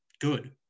good